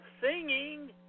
singing